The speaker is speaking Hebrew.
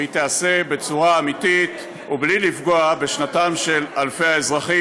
והיא תיעשה בצורה אמיתית ובלי לפגוע בשנתם של אלפי אזרחים.